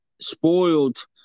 spoiled